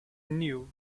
knew